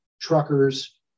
truckers